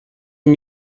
and